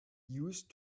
used